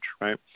right